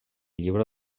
llibre